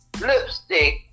lipstick